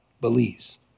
Belize